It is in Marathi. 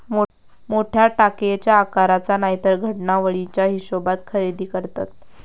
मोठ्या टाकयेच्या आकाराचा नायतर घडणावळीच्या हिशेबात खरेदी करतत